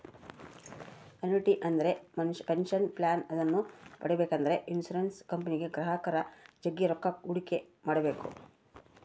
annuity ಅಂದ್ರೆ pension plan ಇದನ್ನ ಪಡೆಬೇಕೆಂದ್ರ ಇನ್ಶುರೆನ್ಸ್ ಕಂಪನಿಗೆ ಗ್ರಾಹಕರು ಜಗ್ಗಿ ರೊಕ್ಕ ಹೂಡಿಕೆ ಮಾಡ್ಬೇಕು